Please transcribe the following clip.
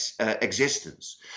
existence